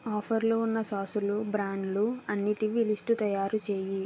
ఆఫర్లు ఉన్న సాసులు బ్రాండ్లు అన్నిటివి లిస్టు తయారు చేయి